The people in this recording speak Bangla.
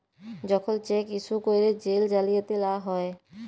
যখল চ্যাক ইস্যু ক্যইরে জেল জালিয়াতি লা হ্যয়